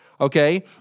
Okay